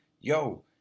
yo